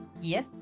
yes